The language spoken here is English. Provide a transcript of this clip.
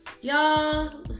y'all